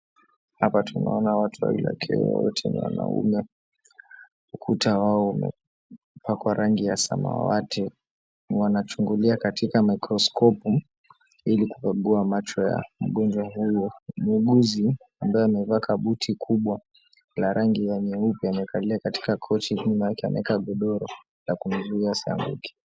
Hapa tunaona watu wawili wakiwa wote ni wanaume. Ukuta wao umepakwa rangi ya samawati. Wanachungulia katika maikroskopu ili kukagua macho ya mgonjwa huyo. Muuguzi ambaye amevaa kabuti kubwa la rangi ya nyeupe amekalia katika kochi nyuma yake ameweka kodoro la kumzuia asianguke.